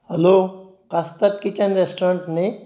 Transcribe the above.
hello कास्ताद kitchen restaurant न्ही